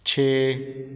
ਛੇ